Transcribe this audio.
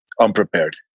unprepared